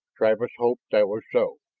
travis hoped that was so.